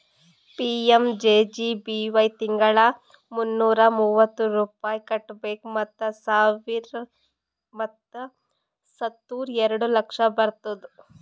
PMJJBY ತಿಂಗಳಾ ಮುನ್ನೂರಾ ಮೂವತ್ತು ರೂಪಾಯಿ ಕಟ್ಬೇಕ್ ಮತ್ ಸತ್ತುರ್ ಎರಡ ಲಕ್ಷ ಬರ್ತುದ್